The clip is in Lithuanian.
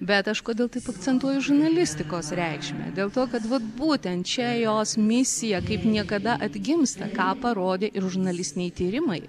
bet aš kodėl taip akcentuoju žurnalistikos reikšmę dėl to kad vat būtent čia jos misija kaip niekada atgimsta ką parodė ir žurnalistiniai tyrimai